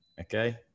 okay